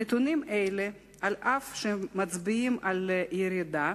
נתונים אלה, אף שהם מצביעים על ירידה